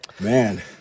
Man